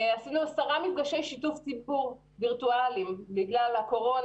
עשינו עשרה מפגשי שיתוף ציבור וירטואליים בגלל הקורונה